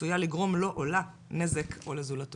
עשויה לגרום לו או לה נזק, או לזולתו.